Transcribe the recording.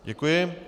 Děkuji.